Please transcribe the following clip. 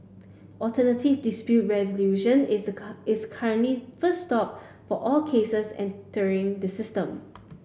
alternative dispute resolution is a is currently first stop for all cases entering the system